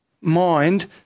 mind